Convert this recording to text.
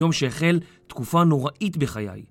יום שהחל תקופה נוראית בחיי